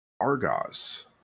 Argos